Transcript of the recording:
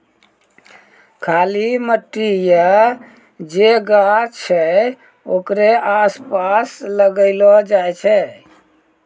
खाली मट्टी या जे गाछ छै ओकरे आसपास लगैलो जाय छै